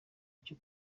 cyo